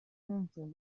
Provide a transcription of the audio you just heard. мүмкүн